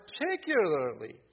particularly